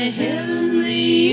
heavenly